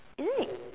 isn't it